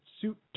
suit